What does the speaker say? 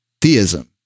Theism